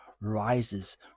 rises